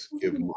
give